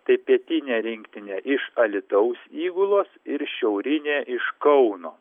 tai pietinė rinktinė iš alytaus įgulos ir šiaurinė iš kauno